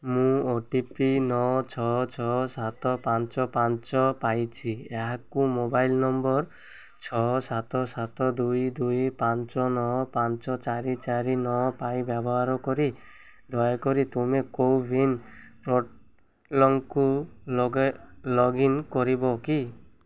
ମୁଁ O T P ନଅ ଛଅ ଛଅ ସାତ ପାଞ୍ଚ ପାଞ୍ଚ ପାଇଛି ଏହାକୁ ମୋବାଇଲ୍ ନମ୍ବର୍ ଛଅ ସାତ ସାତ ଦୁଇ ଦୁଇ ପାଞ୍ଚ ନଅ ପାଞ୍ଚ ଚାରି ଚାରି ନଅ ପାଇଁ ବ୍ୟବହାର କରି ଦୟାକରି ତୁମେ କୋୱିନ୍ ପୋର୍ଟାଲ୍କୁ ଲଗ୍ଇନ୍ କରିବ କି